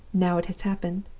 now it has happened.